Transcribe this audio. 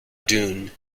dun